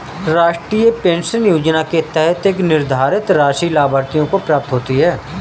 राष्ट्रीय पेंशन योजना के तहत एक निर्धारित राशि लाभार्थियों को प्राप्त होती है